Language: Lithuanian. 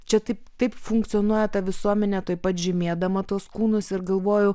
čia taip taip funkcionuoja ta visuomenė tuoj pažymėdama tuos kūnus ir galvoju